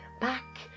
back